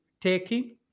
taking